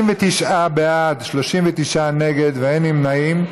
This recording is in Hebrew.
69 בעד, 39 נגד ואין נמנעים.